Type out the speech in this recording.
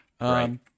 Right